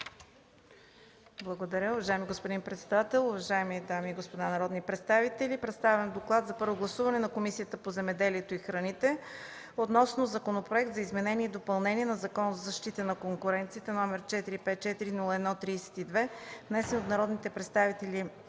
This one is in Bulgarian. Благодаря, уважаеми господин председател. Уважаеми дами и господа народни представители! „ДОКЛАД за първо гласуване на Комисията по земеделието и храните относно Законопроект за изменение и допълнение на Закона за защита на конкуренцията, № 454-01-32, внесен от Румен Гечев и